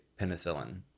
penicillin